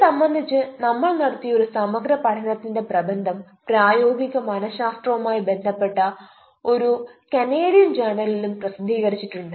ഇത് സംബന്ധിച്ച് നമ്മൾ നടത്തിയ ഒരു സമഗ്ര പഠനതിന്റെ പ്രബന്ധം പ്രായോഗിക മനശ്ശാസ്ത്രവുമായി ബന്ധപ്പെട്ട ഒരു കനേഡിയൻ ജേണലിലും പ്രസദ്ധീകരിച്ചിട്ടുണ്ട്